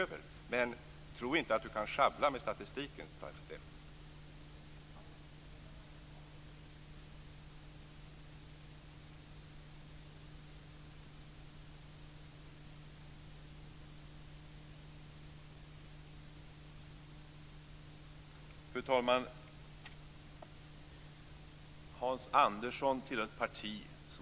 Vilken linje skall Hans Andersson ha?